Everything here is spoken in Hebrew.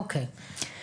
אוקי.